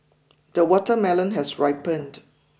the watermelon has ripened